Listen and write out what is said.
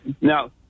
now